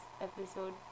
episode